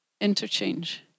interchange